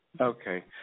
Okay